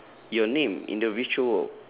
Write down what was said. your name in the virtual world